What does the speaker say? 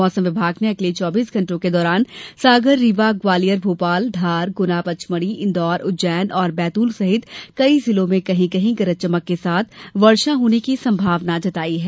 मौसम विभाग ने अगले चौबीस घंटों के दौरान सागर रीवा ग्वालियर भोपाल धार गुना पचमढ़ी इंदौर उज्जैन और बैतूल सहित कई जिलों में कहीं कहीं गरज चमक के साथ वर्षा होने की संभावना जताई है